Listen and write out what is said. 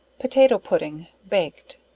potato pudding. baked.